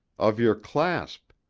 of your clasp,